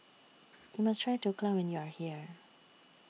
YOU must Try Dhokla when YOU Are here